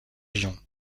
région